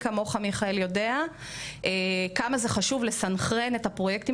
מי כמוך יודע כמה חשוב לסנכרן את הפרויקטים